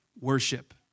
worship